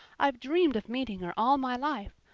i've dreamed of meeting her all my life.